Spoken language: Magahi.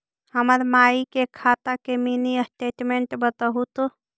हमर माई के खाता के मीनी स्टेटमेंट बतहु तो?